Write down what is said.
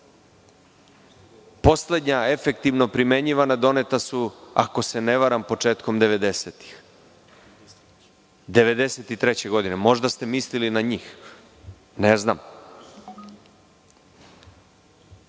Poslednja efektivno primenjivana doneta su, ako se ne varam, početkom devedesetih. Godine 1993. Možda ste mislili na njih? Ne znam.